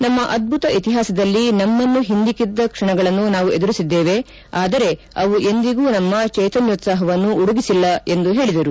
ನಮ್ಮ ಅದ್ದುತ ಇತಿಹಾಸದಲ್ಲಿ ನಮ್ಮನ್ನು ಹಿಂದಿಕ್ಕಿದ ಕ್ಷಣಗಳನ್ನು ನಾವು ಎದುರಿಸಿದ್ದೇವೆ ಆದರೆ ಅವು ಎಂದಿಗೂ ನಮ್ಮ ಚ್ಚೆತನ್ನೋತ್ಸಾಹವನ್ನು ಉಡುಗಿಸಿಲ್ಲ ಎಂದು ಹೇಳಿದರು